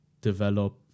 develop